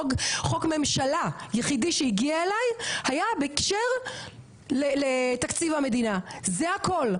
חוק ממשלה היחידי שהגיע אליי היה בהקשר לתקציב המדינה זה הכל.